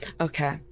Okay